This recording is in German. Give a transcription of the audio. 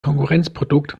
konkurrenzprodukt